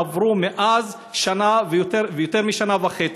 עברו מאז יותר משנה וחצי.